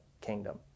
kingdom